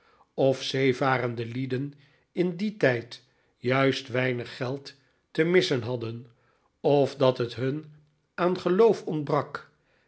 of zeevarende lieden in dien tijd juist weinig geld te missen hadden of dat het hun aan geloof ontbrak